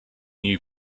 new